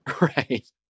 Right